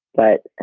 but